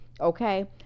okay